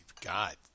God